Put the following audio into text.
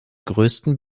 größten